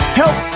help